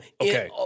okay